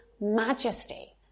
majesty